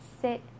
sit